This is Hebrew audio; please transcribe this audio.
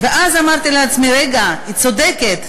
ואז אמרתי לעצמי: רגע, היא צודקת.